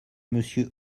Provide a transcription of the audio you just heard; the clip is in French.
monsieur